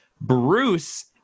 Bruce